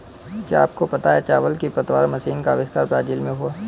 क्या आपको पता है चावल की पतवार मशीन का अविष्कार ब्राज़ील में हुआ